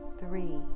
three